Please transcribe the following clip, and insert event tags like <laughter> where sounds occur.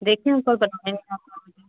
देखी हूँ पर <unintelligible>